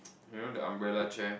you know the umbrella chair